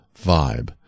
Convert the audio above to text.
vibe